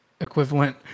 equivalent